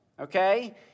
Okay